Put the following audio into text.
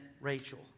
Rachel